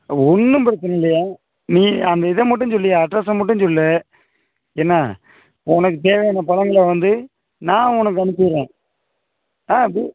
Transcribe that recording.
ஒன்றும் பிரச்சின இல்லைய்யா நீ அந்த இதை மட்டும் சொல்லுய்யா அட்ரஸ்ஸை மட்டும் சொல் என்ன உனக்குத் தேவையான பழங்களை வந்து நான் உனக்கு அனுப்பி விடுறேன் பில்